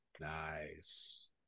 Nice